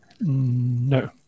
No